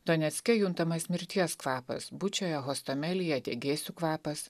donecke juntamas mirties kvapas bučioje hostomelyje degėsių kvapas